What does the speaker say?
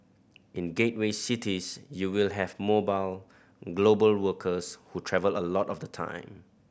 in gateway cities you will have mobile global workers who travel a lot of the time